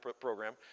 program